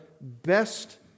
best